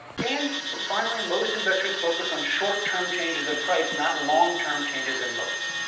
and but finally, most investors focus on short-term changes in price, not long-term changes in moats.